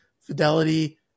Fidelity